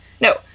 no